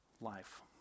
life